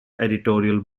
editorial